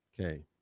Okay